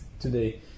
today